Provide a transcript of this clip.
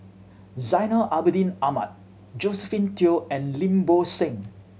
Zainal Abidin Ahmad Josephine Teo and Lim Bo Seng